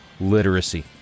literacy